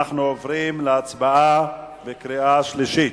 אנחנו עוברים להצבעה בקריאה שלישית.